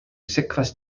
sekvas